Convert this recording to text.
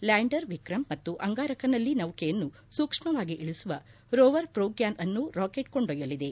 lander Vikram ಮತ್ತು ಅಂಗಾರಕನಲ್ಲಿ ನೌಕೆಯನ್ನು ಸೂಕ್ಷ್ವಾಗಿ ಇಳಿಸುವ ರೋವರ್ ಪ್ರೋಗ್ಥಾನ್ ಅನ್ನು ರಾಕೆಟ್ ಕೊಂಡೊಯ್ಯಲಿದೆ